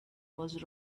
was